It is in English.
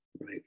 right